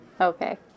Okay